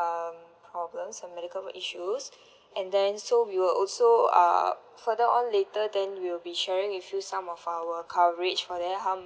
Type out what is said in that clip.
um problem some medical issues and then so we will also uh further on later then we'll be sharing with you some of our coverage for that how